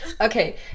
okay